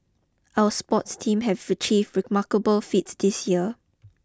our sports team have achieved remarkable feats this year